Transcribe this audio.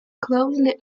closely